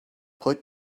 put